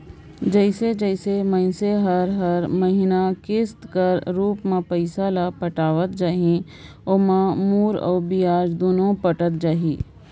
जइसे जइसे मइनसे हर हर महिना किस्त कर रूप में पइसा ल पटावत जाही ओाम मूर अउ बियाज दुनो पटत जाही